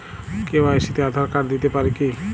KYC তে Aadhaar card দিতে পারি কি?